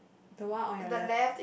the one on your left